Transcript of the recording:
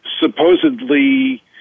supposedly